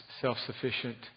self-sufficient